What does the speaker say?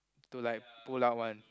to like pull out one